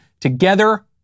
Together